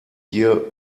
hier